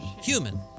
human